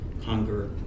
hunger